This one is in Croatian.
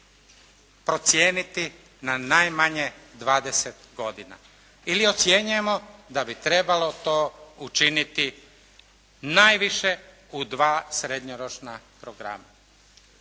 procijeniti na najmanje 20 godina ili ocjenjujemo da bi trebalo to učiniti najviše u dva srednjoročna programa,